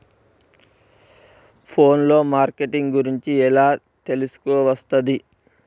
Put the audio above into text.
Phone లో marketing గురించి ఎలా తెలుసుకోవస్తది?